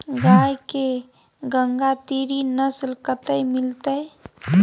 गाय के गंगातीरी नस्ल कतय मिलतै?